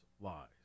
lies